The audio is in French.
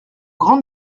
grand